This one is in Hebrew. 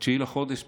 ב-9 בחודש,